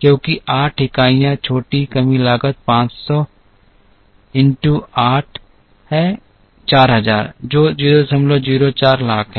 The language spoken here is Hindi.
क्योंकि 8 इकाइयां छोटी कमी लागत 500 में 8 है 4000 जो 004 लाख है